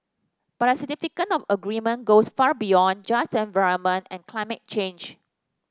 but the significance of the agreement goes far beyond just the environment and climate change